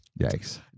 Yikes